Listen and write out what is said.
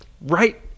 right